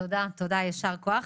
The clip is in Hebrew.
תודה, ישר כוח.